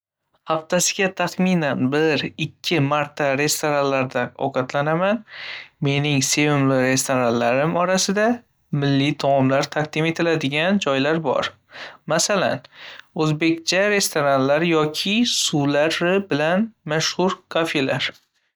Haftasiga taxminan bir ikki marta restoranda ovqatlanaman. Mening sevimli restoranlarim orasida milliy taomlar taqdim etadigan joylar bor, masalan, o‘zbekcha restoranlar yoki suvlari bilan mashhur kafelar.